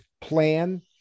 plan